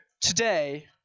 today